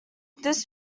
this